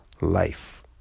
life